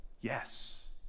yes